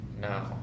now